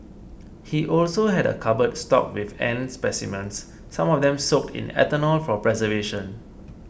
he also had a cupboard stocked with ant specimens some of them soaked in ethanol for preservation